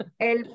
El